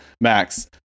Max